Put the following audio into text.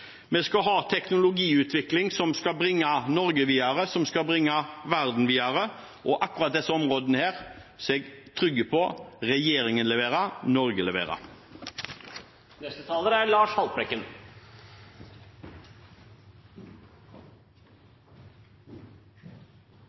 vi skal ha en teknologiutvikling som skal bringe Norge videre, som skal bringe verden videre. På akkurat disse områdene er jeg trygg på at regjeringen leverer, at Norge leverer.